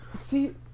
see